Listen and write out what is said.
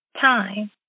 time